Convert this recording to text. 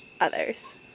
others